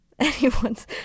anyone's